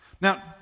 Now